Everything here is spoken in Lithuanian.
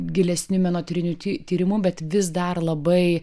gilesniu menotyriniu ty tyrimu bet vis dar labai